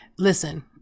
Listen